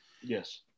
Yes